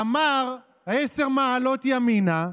אמר עשר מעלות ימינה,